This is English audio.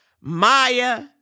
Maya